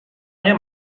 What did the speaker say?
nie